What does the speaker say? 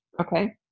Okay